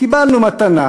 קיבלנו מתנה